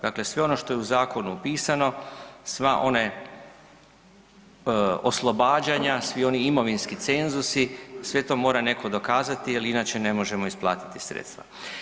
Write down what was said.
Dakle sve ono što je u zakonu opisano, sva ona oslobađanja, svi oni imovinski cenzusi sve to mora netko dokazati jer inače ne možemo isplatiti sredstva.